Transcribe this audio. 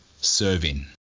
serving